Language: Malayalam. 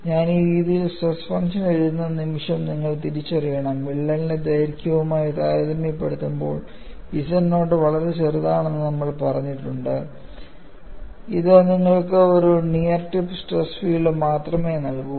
ഞാൻ ഈ രീതിയിൽ സ്ട്രെസ് ഫംഗ്ഷൻ എഴുതുന്ന നിമിഷം നിങ്ങൾ തിരിച്ചറിയണം വിള്ളലിന്റെ ദൈർഘ്യവുമായി താരതമ്യപ്പെടുത്തുമ്പോൾ z നോട്ട് വളരെ ചെറുതാണെന്ന് നമ്മൾ പറഞ്ഞിട്ടുണ്ട് ഇത് നിങ്ങൾക്ക് ഒരു നിയർ ടിപ്പ് സ്ട്രെസ് ഫീൽഡ് മാത്രമേ നൽകൂ